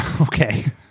Okay